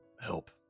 help